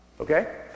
Okay